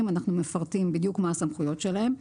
אנחנו מפרטים בדיוק מה הסמכויות שלהם.